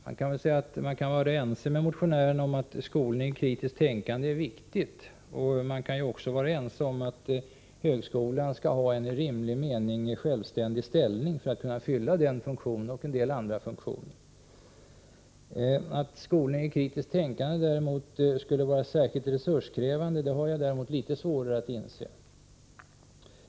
Man kan väl vara ense med motionärerna om att skolning i kritiskt tänkande är viktig, och man kan också vara ense om att högskolan skall ha en i rimlig mening självständig ställning för att kunna fylla den funktionen och en del andra. Att skolning i kritiskt tänkande skulle var särskilt resurskrävande har jag däremot litet svårare att inse.